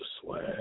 Swag